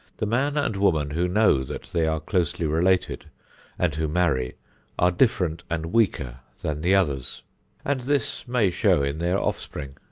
the man and woman who know that they are closely related and who marry are different and weaker than the others and this may show in their offspring.